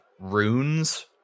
runes